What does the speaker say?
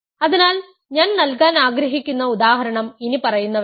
അതിനാൽ ഞാൻ നൽകാൻ ആഗ്രഹിക്കുന്ന ഉദാഹരണം ഇനിപ്പറയുന്നവയാണ്